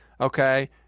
okay